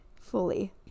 fully